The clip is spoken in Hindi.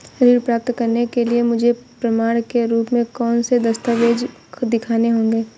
ऋण प्राप्त करने के लिए मुझे प्रमाण के रूप में कौन से दस्तावेज़ दिखाने होंगे?